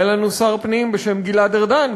היה לנו שר פנים בשם גלעד ארדן,